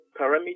parameter